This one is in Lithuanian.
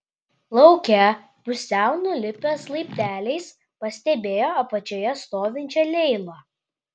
lauke pusiau nulipęs laipteliais pastebėjo apačioje stovinčią leilą